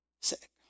sick